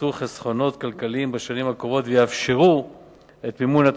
שייצרו חסכונות כלכליים בשנים הקרובות ויאפשרו את מימון התוספת,